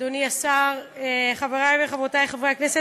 תודה, אדוני השר, חברי וחברותי חברי הכנסת,